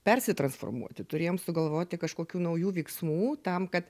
persitransformuoti turėjom sugalvoti kažkokių naujų veiksmų tam kad